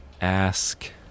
ask